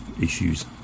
issues